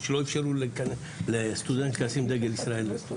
שלא אפשרו לסטודנט לשים דגל ישראל בקמפוס.